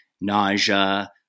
nausea